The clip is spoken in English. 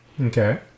Okay